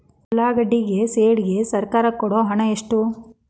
ಉಳ್ಳಾಗಡ್ಡಿ ಶೆಡ್ ಗೆ ಸರ್ಕಾರ ಕೊಡು ಹಣ ಎಷ್ಟು?